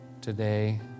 today